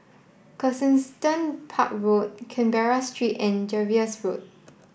Park Road Canberra Street and Jervois Road